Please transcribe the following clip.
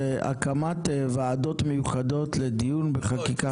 הוא הקמת ועדות מיוחדות לדיון בחקיקה.